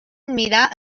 mirar